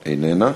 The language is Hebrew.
איננה.